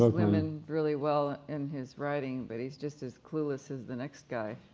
ah women really well in his writing but he's just as clueless as the next guy